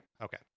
Okay